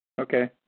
Okay